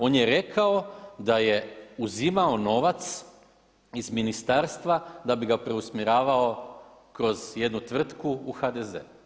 On je rekao da je uzimao novac iz ministarstva da bi ga preusmjeravao kroz jednu tvrtku u HDZ.